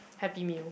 Happy Meal